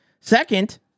Second